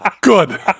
Good